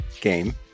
game